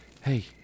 Hey